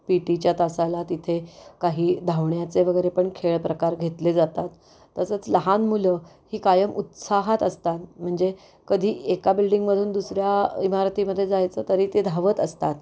P टीच्या तासाला तिथे काही धावण्याचे वगैरे पण खेळ प्रकार घेतले जातात तसंच लहान मुलं ही कायम उत्साहात असतात म्हणजे कधी एका बिल्डिंगमधून दुसऱ्या इमारतीमध्ये जायचं तरी ते धावत असतात